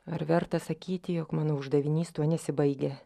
ar verta sakyti jog mano uždavinys tuo nesibaigia